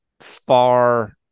far